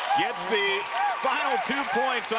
gets the final two points but